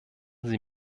sie